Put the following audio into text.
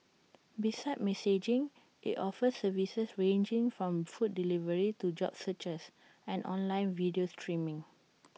besides messaging IT offers services ranging from food delivery to job searches and online video streaming